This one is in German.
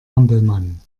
hampelmann